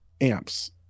amps